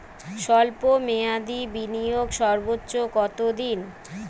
স্বল্প মেয়াদি বিনিয়োগ সর্বোচ্চ কত দিন?